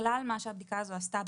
ככלל מה שהבדיקה הזאת עשתה,